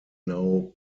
now